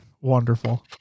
Wonderful